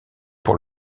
pour